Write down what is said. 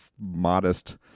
modest